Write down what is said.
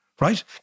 right